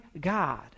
god